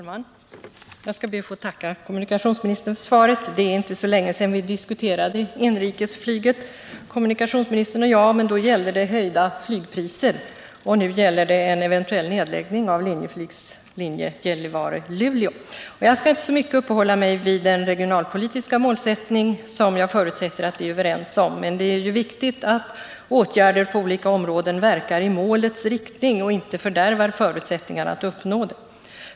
Herr talman! Jag ber att få tacka kommunikationsministern för svaret. Det är inte länge sedan vi diskuterade inrikesflyget, kommunikationsministern och jag, men då gällde det höjda flygpriser. Nu gäller det en eventuell nedläggning av flyglinjen Gällivare-Luleå. Jag skall inte så mycket uppehålla mig vid den regionalpolitiska målsättning som jag förutsätter att vi är överens om, men jag vill framhålla vikten av att åtgärder på olika områden verkar i målets riktning och inte fördärvar förutsättningarna att uppnå det.